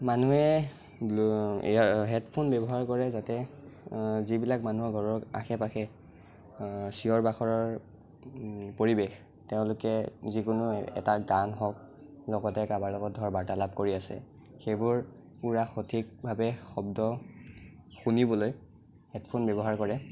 মানুহে ব্লু' এয়া হেডফোন ব্য়ৱহাৰ কৰে যাতে যিবিলাক মানুহৰ ঘৰৰ আশে পাশে চিঞৰ বাখৰৰ পৰিৱেশ তেওঁলোকে যিকোনোৱে এটা গান হওক লগতে কাৰোবাৰ লগত ধৰ বাৰ্তালাপ কৰি আছে সেইবোৰ পূৰা সঠিকভাৱে শব্দ শুনিবলৈ হেডফোন ব্য়ৱহাৰ কৰে